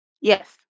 Yes